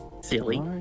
Silly